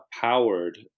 powered